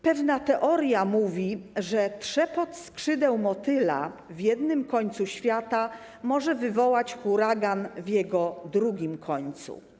Pewna teoria mówi, że trzepot skrzydeł motyla w jednym końcu świata może wywołać huragan w jego drugim końcu.